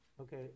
Okay